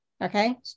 Okay